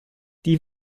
die